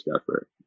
effort